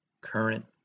current